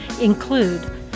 include